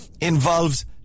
involves